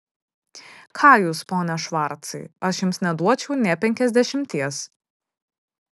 ką jūs pone švarcai aš jums neduočiau nė penkiasdešimties